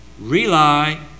rely